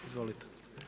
Izvolite.